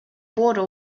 border